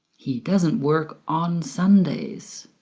he doesn't work on sundays.